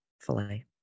filet